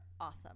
awesome